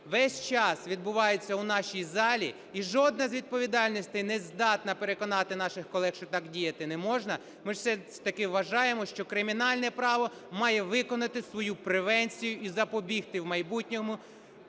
весь час відбуваються в нашій залі і жодна з відповідальностей не здатна переконати наших колег, що так діяти не можна, ми все ж таки вважаємо, що кримінальне право має виконати свою превенцію і запобігти в майбутньому